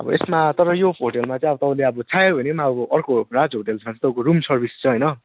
अब यसमा तर यो होटलमा चाहिँ अब तपाईँले अब चाह्यो भने पनि अब अर्को राज होटलमा चाहिँ रुम सर्भिस छ हैन